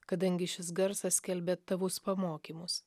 kadangi šis garsas skelbė tavo pamokymus